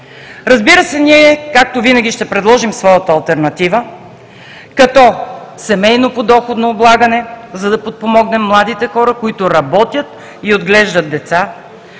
Разбира се, ние както винаги ще предложим своята алтернатива, като: семейно подоходно облагане, за да подпомогнем младите хора, които работят и отглеждат деца;